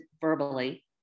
verbally